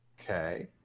Okay